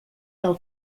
del